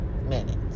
minutes